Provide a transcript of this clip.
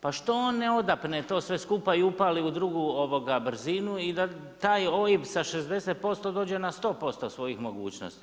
Pa što on ne odapne to sve skupa i upali u drugu brzinu i da taj OIB sa 60% dođe na 100% svojih mogućnosti.